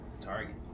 Target